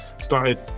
started